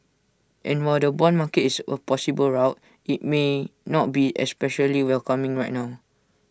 and while the Bond market is A possible route IT may not be especially welcoming right now